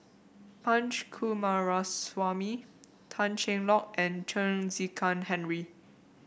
Punch Coomaraswamy Tan Cheng Lock and Chen Henri